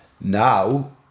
Now